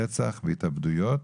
רצח והתאבדויות.